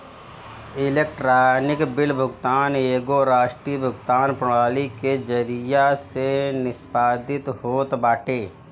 electronic bill भुगतान एगो राष्ट्रीय भुगतान प्रणाली के जरिया से निष्पादित होत बाटे